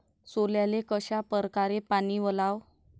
सोल्याले कशा परकारे पानी वलाव?